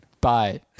Bye